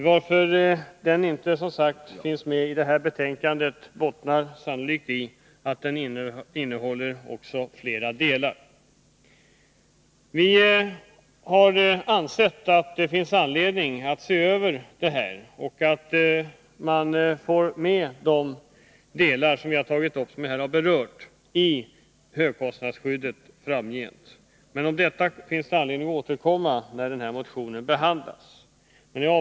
Det förhållandet att motionen inte finns med i det här betänkandet bottnar sannolikt i att den innehåller flera delkrav. Vi har ansett att det finns anledning att se över allt detta och att man framgent bör se till att i högkostnadsskyddet innefattas de olika delar som vi har tagit upp. Men det finns anledning att återkomma därom när motionen behandlas.